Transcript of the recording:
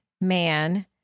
man